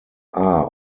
are